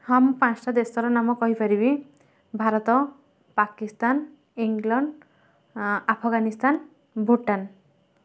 ହଁ ମୁଁ ପାଞ୍ଚଟା ଦେଶର ନାମ କହିପାରିବି ଭାରତ ପାକିସ୍ତାନ ଇଂଲଣ୍ଡ ଆଫଗାନିସ୍ତାନ ଭୁଟାନ